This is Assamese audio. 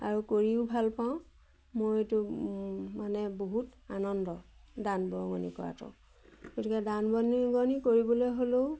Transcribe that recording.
আৰু কৰিও ভাল পাওঁ মইতো মানে বহুত আনন্দ দান বৰঙণি কৰাটো গতিকে দান বৰঙণি বৰঙণি কৰিবলৈ হ'লেও